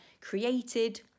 created